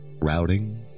routing